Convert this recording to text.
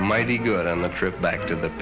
mighty good on the trip back to the